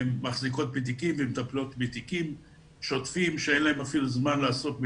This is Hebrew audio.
מחזיקות בתיקים ומטפלות בתיקים שוטפים ואין להן זמן לעסוק במניעה,